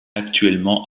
actuellement